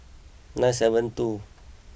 nine seven two